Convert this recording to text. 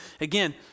again